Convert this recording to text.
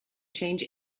change